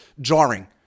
jarring